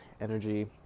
energy